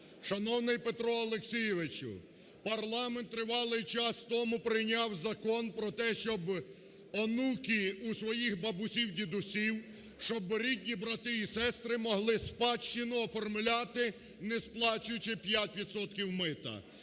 Шановний Петро Олексійовичу! Парламент тривалий час тому прийняв закон про те, щоб онуки у своїх бабусів, дідусів, щоб рідні брати і сестри могли спадщину оформляти, не сплачуючи 5